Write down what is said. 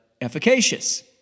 efficacious